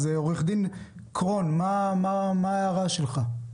עורך הדין קרון, מה ההערה שלך?